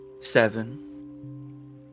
Seven